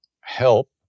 help